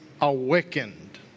awakened